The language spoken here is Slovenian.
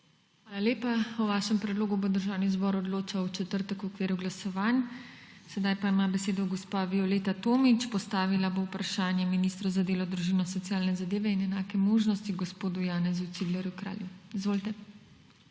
Hvala lepa. O vašem predlogu bo Državni zbor odločal v četrtek v okviru glasovanj. Sedaj pa ima besedo gospa Violeta Tomić. Postavila bo vprašanje ministru za delo, družino, socialne zadeve in enake možnosti, gospodu Janezu Ciglerju Kralju. Izvolite.